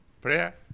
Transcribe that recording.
Prayer